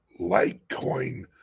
Litecoin